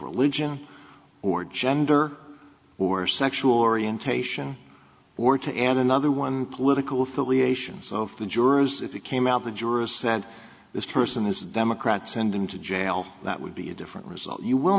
religion or gender or sexual orientation or to an another one political affiliations of the jurors if it came out the jurors sent this person is democrat send him to jail that would be a different result you will